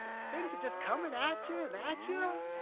things are just comin' at ya and at ya,